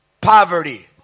poverty